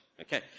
Okay